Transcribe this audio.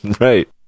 Right